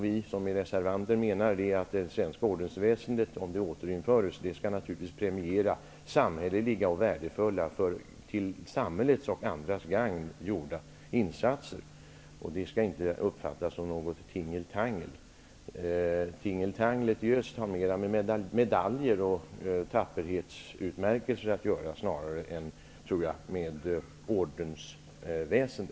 Vi reservanter anser att det svenska ordensväsendet, om det återinförs, naturligtvis skall premiera samhälleliga och värdefulla insatser gjorda till samhällets och andras gagn. Det skall inte uppfattas som något tingel-tangel. Tingeltanglet i öst har mer att göra med medaljer och tapperhetsutmärkelser än med ordensväsende.